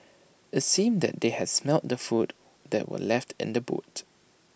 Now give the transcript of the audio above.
IT seemed that they had smelt the food that were left in the boot